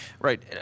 right